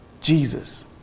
Jesus